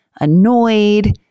annoyed